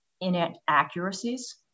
inaccuracies